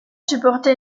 supporter